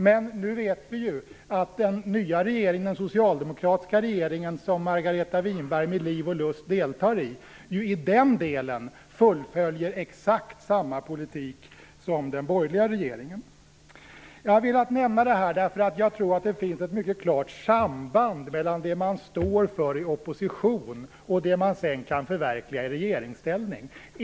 Men nu vet vi ju att den nya socialdemokratiska regeringen, som Margareta Winberg deltar i med liv och lust, i den delen fullföljer exakt samma politik som den borgerliga regeringen förde. Jag har velat säga det här därför att jag tror att det finns ett mycket klart samband mellan det man står för i opposition och det man sedan kan förverkliga i regeringsställning.